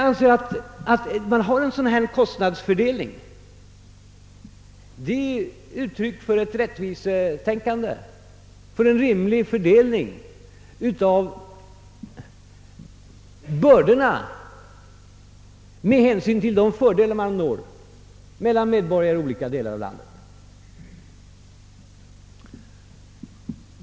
Att vi har en kostnadsfördelning av det slaget är uttryck för ett rättvisetänkande. Vi vill ha en rimlig fördelning av bördorna mellan medborgare i olika delar av landet med hänsyn till de fördelar man får på olika håll.